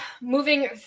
moving